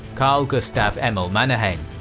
carl gustaf emil mannerheim.